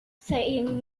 saying